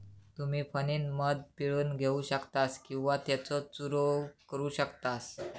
तुम्ही फणीनं मध पिळून घेऊ शकतास किंवा त्येचो चूरव करू शकतास